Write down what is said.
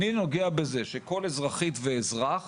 אני נוגע בזה שכל אזרחית ואזרח